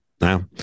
Now